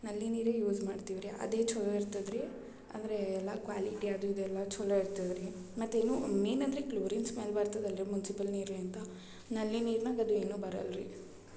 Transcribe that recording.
ನಲ್ಲಿ ನೀರೇ ಯೂಸ್ ಮಾಡ್ತೀವಿ ರೀ ಅದೇ ಛಲೋ ಇರ್ತದೆ ರೀ ಅಂದರೆ ಎಲ್ಲ ಕ್ವಾಲಿಟಿ ಅದು ಇದೆಲ್ಲ ಛಲೋ ಇರ್ತದೆ ರೀ ಮತ್ತು ಏನು ಮೇಯ್ನ್ ಅಂದರೆ ಕ್ಲೋರಿನ್ ಸ್ಮೆಲ್ ಬರ್ತದೆ ಅಲ್ರಿ ಮುನ್ಸಿಪಲ್ ನೀರ್ಲಿಂದ ನಲ್ಲಿ ನೀರ್ನಾಗ ಅದು ಏನು ಬರಲ್ಲ ರೀ